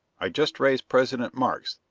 i've just raised president markes,